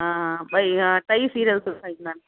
हा भई हा टई सीरियल सुठा ईंदा आहिनि